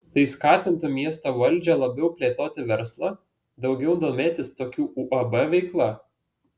tai skatintų miesto valdžią labiau plėtoti verslą daugiau domėtis tokių uab veikla